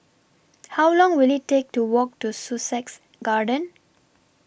How Long Will IT Take to Walk to Sussex Garden